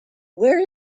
where